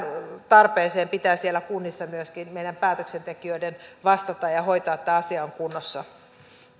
tarpeeseen pitää siellä kunnissa myöskin meidän päätöksentekijöiden vastata ja ja hoitaa että tämä asia on kunnossa